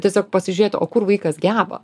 tiesiog pasižiūrėti o kur vaikas geba